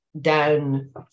down